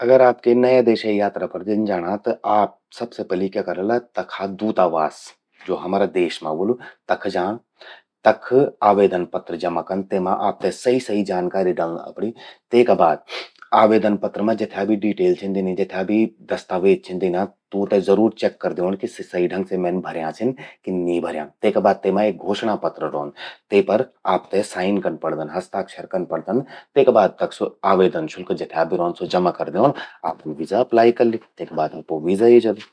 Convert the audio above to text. अगर आप के नया देशे यात्रा पर छिन जाणा, त आप सबसे पलि क्या कराला, तखा दूतावास ज्वो हमारा देश मां व्होलु, तख जाण। तख आवेदन पत्र जमा कन, तेमा आपते सही सही जानकारी डल्लं अपरि। तेका बाद आवेदन पत्र मां जथ्या भि डीटेल्स छिन, जथ्या भि दस्तावेज छिन दीन्या, तूंते जरूर चेक कर द्योण कि सि सही ढंग से मैन भर्यां छिन कि नी भर्यां। तेका बाद तेमा एक घोषणा पत्र रौंद। ते पर आपते साइन कन्न पड़दन, हस्ताक्षर कन पड़दन। तेका बाद तख स्वो आवेदन शुल्क जथ्या भी रौंद स्वो जमा कर द्योंण। आपन वीजा अप्लाई कल्लि, आपो वीजा ए जालु।